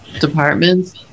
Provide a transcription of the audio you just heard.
departments